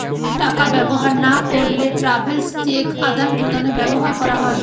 টাকা ব্যবহার না করলে ট্রাভেলার্স চেক আদান প্রদানে ব্যবহার করা হয়